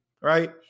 right